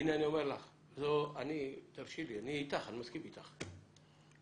אני מסכים איתך,